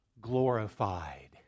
glorified